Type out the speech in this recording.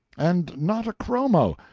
and not a chromo.